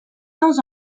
sans